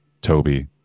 Toby